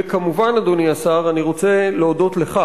וכמובן, אדוני השר, אני רוצה להודות לך